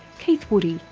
keith woody,